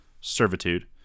servitude